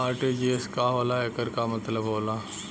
RTGS का होला एकर का मतलब होला?